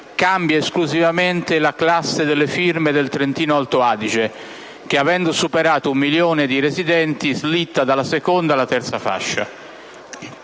cambia esclusivamente la classe delle firme per il Trentino-Alto Adige, che avendo superato un milione di residenti slitta dalla seconda alla terza fascia.